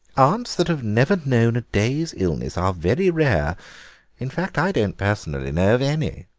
aunts that have never known a day's illness are very rare in fact, i don't personally know of any.